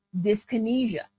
dyskinesia